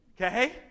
Okay